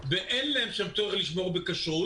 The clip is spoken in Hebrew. ואין להם שם צורך לשמור כשרות,